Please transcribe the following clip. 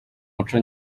muco